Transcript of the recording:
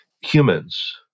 humans